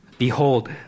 Behold